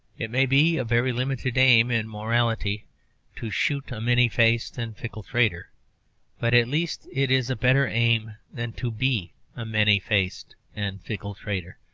it may be a very limited aim in morality to shoot a many-faced and fickle traitor but at least it is a better aim than to be a many-faced and fickle traitor,